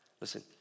Listen